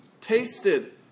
tasted